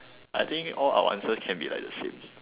I think all our answers can be like the same